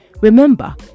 remember